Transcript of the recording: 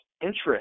interest